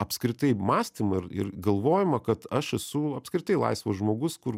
apskritai mąstymą ir ir galvojimą kad aš esu apskritai laisvas žmogus kur